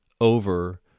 over